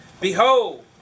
Behold